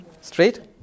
Straight